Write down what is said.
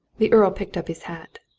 the earl picked up his hat.